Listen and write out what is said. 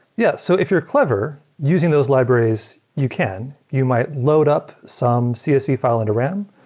yeah so if you're clever, using those libraries, you can. you might load up some csv file into ram,